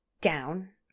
down